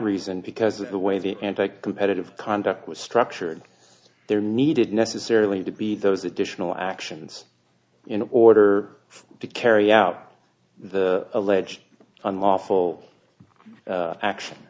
reason because of the way the anti competitive conduct was structured there needed necessarily to be those additional actions in order to carry out the alleged unlawful action